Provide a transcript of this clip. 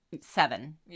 seven